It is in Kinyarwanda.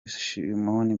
shimon